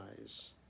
eyes